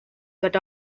that